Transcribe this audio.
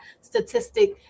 statistic